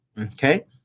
Okay